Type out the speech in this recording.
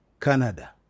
Canada